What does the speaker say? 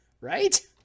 Right